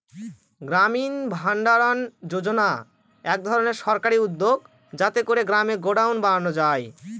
গ্রামীণ ভাণ্ডারণ যোজনা এক ধরনের সরকারি উদ্যোগ যাতে করে গ্রামে গডাউন বানানো যায়